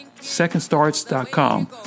secondstarts.com